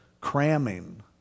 cramming